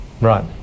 Right